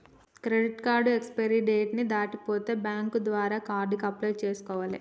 credit card expiry date ని దాటిపోతే bank ద్వారా కొత్త కార్డుకి అప్లై చేసుకోవాలే